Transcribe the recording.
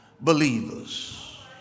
Believers